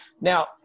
Now